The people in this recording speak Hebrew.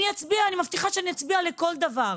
אני אצביע, אני מבטיחה שאני אצביע לכל דבר.